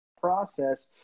process